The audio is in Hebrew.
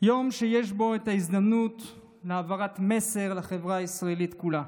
יום שיש בו את ההזדמנות להעברת מסר לחברה הישראלית כולה: